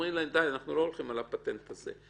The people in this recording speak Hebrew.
אומרים להם אנחנו לא הולכים על הפטנט הזה.